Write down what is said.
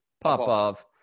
Popov